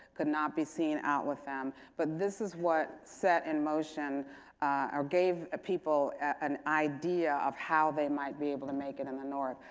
could not be seen out with them. but this is what set in motion or gave people an idea of how they might be able to make it in the north.